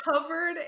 covered